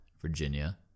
Virginia